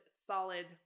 solid